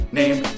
name